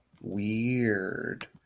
Weird